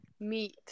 meet